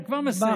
אני כבר מסיים.